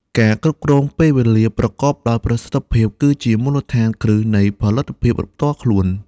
ការគ្រប់គ្រងពេលវេលាប្រកបដោយប្រសិទ្ធភាពគឺជាមូលដ្ឋានគ្រឹះនៃផលិតភាពផ្ទាល់ខ្លួន។